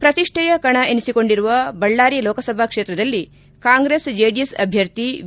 ಪ್ರತಿಷ್ಠೆಯ ಕಣ ಎನಿಸಿಕೊಂಡಿರುವ ಬಳ್ಳಾರಿ ಲೋಕಸಭಾ ಕ್ಷೇತ್ರದಲ್ಲಿ ಕಾಂಗ್ರೆಸ್ ಜೆಡಿಎಸ್ ಅಭ್ಯರ್ಥಿ ವಿ